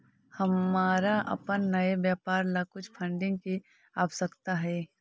हमारा अपन नए व्यापार ला कुछ फंडिंग की आवश्यकता हई